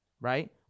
right